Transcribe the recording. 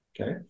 Okay